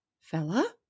Fella